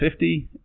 50